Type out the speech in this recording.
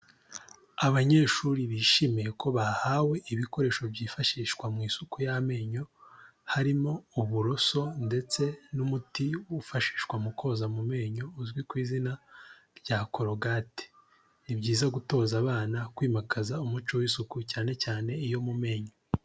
Abanyeshuri bishimiye ko bahawe ibikoresho byifashishwa mu isuku y'amenyo, harimo uburoso ndetse n'umuti ufashishwa mu koza mu menyo uzwi ku izina rya korogate, ni byiza gutoza abana kwimakaza umuco w'isuku cyane cyane iyo mu menyo.